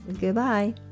Goodbye